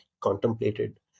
contemplated